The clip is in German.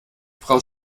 frau